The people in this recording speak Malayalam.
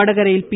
വടകരയിൽ പി